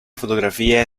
fotografie